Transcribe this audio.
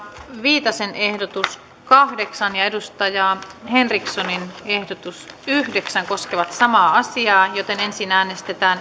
viitasen ehdotus kahdeksan ja anna maja henrikssonin ehdotus yhdeksän koskevat samaa määrärahaa ensin äänestetään